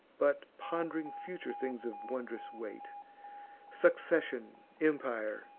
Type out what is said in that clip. but pond'ring future things of wondrous weight succession, empire,